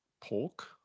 pork